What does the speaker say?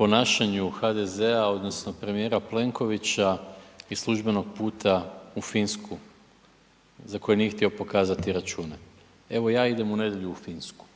ponašanju HDZ-a odnosno premijera Plenkovića iz službenog puta u Finsku za koje nije htio pokazati račune. Evo ja idem u nedjelju u Finsku